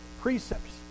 precepts